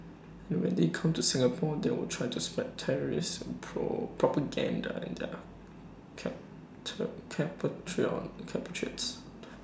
and when they come to Singapore they will try to spread terrorist pro propaganda to their compatriots